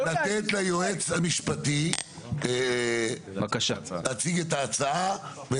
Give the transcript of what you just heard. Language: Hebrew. לתת ליועץ המשפטי להציג את ההצעה.